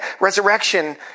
Resurrection